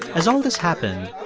as all this happened,